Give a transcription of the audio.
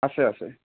আছে আছে